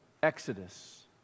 Exodus